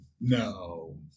No